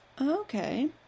Okay